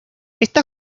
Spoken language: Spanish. esta